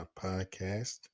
podcast